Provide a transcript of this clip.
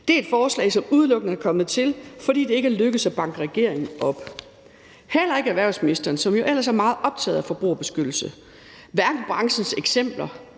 Det er et forslag, som udelukkende er kommet til, fordi det ikke er lykkedes at banke regeringen op, heller ikke erhvervsministeren, som jo ellers er meget optaget af forbrugerbeskyttelse. Hverken branchens eksempler,